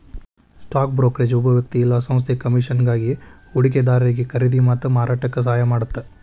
stock brokerage ಒಬ್ಬ ವ್ಯಕ್ತಿ ಇಲ್ಲಾ ಸಂಸ್ಥೆ ಶುಲ್ಕ ಕಮಿಷನ್ಗಾಗಿ ಹೂಡಿಕೆದಾರಿಗಿ ಖರೇದಿ ಮತ್ತ ಮಾರಾಟಕ್ಕ ಸಹಾಯ ಮಾಡತ್ತ